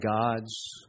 God's